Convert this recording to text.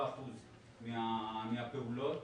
67% מהפעולות